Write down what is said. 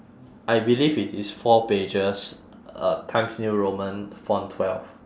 I believe it is four pages uh times new roman font twelve